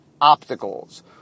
obstacles